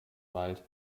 wald